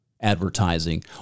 Advertising